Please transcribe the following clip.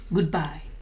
Goodbye